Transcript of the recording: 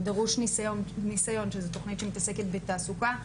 דרוש ניסיון שזו תכנית שמתעסקת בתעסוקה,